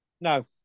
No